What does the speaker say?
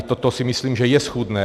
Toto si myslím, že je schůdné.